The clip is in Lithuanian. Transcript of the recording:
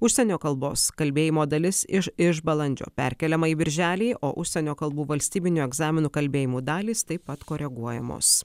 užsienio kalbos kalbėjimo dalis iš iš balandžio perkeliama į birželį o užsienio kalbų valstybinių egzaminų kalbėjimų dalys taip pat koreguojamos